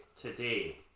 Today